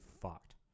fucked